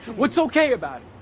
what's okay about it?